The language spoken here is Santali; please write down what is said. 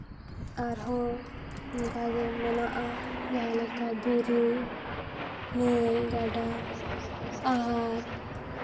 ᱟᱨᱦᱚᱸ ᱚᱱᱠᱟᱜᱮ ᱢᱮᱱᱟᱜᱼᱟ ᱡᱟᱦᱟᱸ ᱞᱮᱠᱟ ᱵᱩᱨᱩ ᱱᱟᱹᱭ ᱜᱟᱰᱟ ᱟᱨ